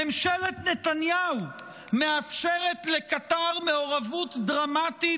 ממשלה נתניהו מאפשרת לקטר מעורבות דרמטית